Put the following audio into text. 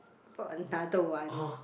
bought another one